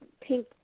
pink